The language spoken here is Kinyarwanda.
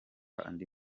andi